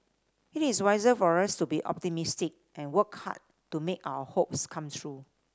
it is wiser for us to be optimistic and work hard to make our hopes come true